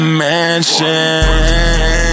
mansion